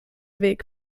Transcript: weg